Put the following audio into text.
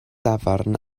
dafarn